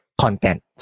content